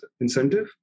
incentive